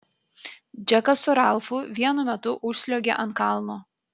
džekas su ralfu vienu metu užsliuogė ant kalno